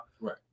Right